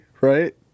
Right